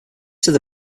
these